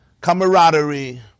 camaraderie